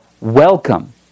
welcome